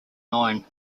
nine